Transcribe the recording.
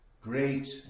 great